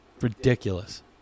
Ridiculous